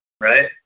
Right